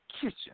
kitchen